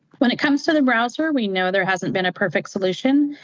when it comes to the browser, we know there hasn't been a perfect solution.